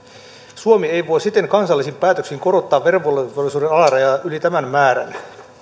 suomi ei voi siten kansallisin päätöksin korottaa verovelvollisuuden alarajaa yli tämän määrän